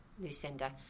Lucinda